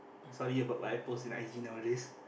sorry about what I post in i_g nowadays